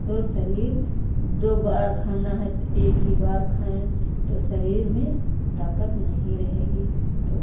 तो शरीर दो बार खाना है तो एक ही बार खाएं तब शरीर में ताकत नहीं रहेगी तो हम